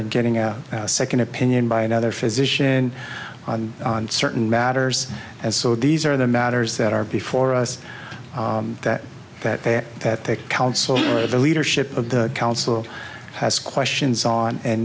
and getting a second opinion by another physician on certain matters and so these are the matters that are before us that that they're that they counsel or the leadership of the council has questions on and